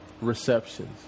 receptions